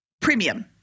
premium